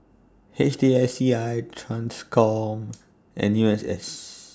H T S C I TRANSCOM and U S S